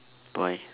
why